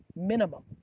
minimum.